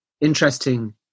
interesting